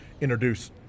introduce